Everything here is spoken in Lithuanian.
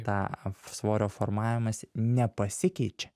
tą svorio formavimąsi nepasikeičia